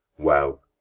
well,